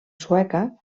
sueca